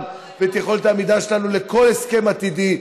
ואת יכולת העמידה שלנו בכל הסכם עתידי.